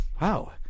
wow